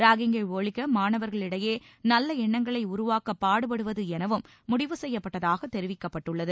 ராகிங்கை ஒழிக்க மாணவர்களிடையே நல்ல எண்ணங்களை உருவாக்க பாடுபடுவது எனவும் முடிவு செய்யப்பட்டதாக தெரிவிக்கப்பட்டுள்ளது